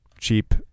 cheap